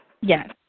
Yes